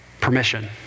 permission